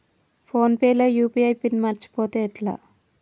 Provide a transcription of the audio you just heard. Phone pay లో UPI PIN మరచిపోతే ఎట్లా?